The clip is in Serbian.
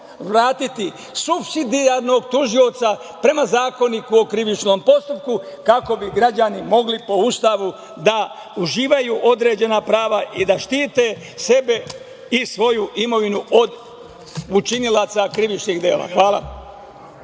vratiti subsidarnog tužioca prema Zakoniku o krivičnom postupku kako bi građani mogli po Ustavu da uživaju određena prava i da štite sebe i svoju imovinu od učinilaca krivičnih dela. Hvala.